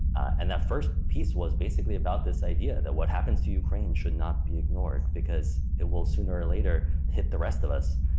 and that first piece was basically about this idea that what happened to ukraine should not be ignored, because it will sooner or later hit the rest of us.